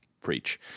Preach